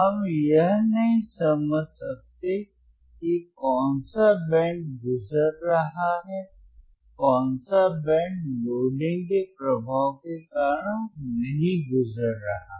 हम यह नहीं समझ सकते कि कौन सा बैंड गुजर रहा है कौन सा बैंड लोडिंग के प्रभाव के कारण नहीं गुजर रहा है